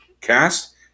cast